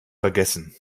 vergessen